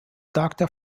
doctor